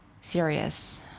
serious